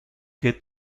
que